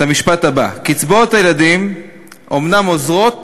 המשפט הבא: "קצבאות הילדים אומנם עוזרות